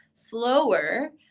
Slower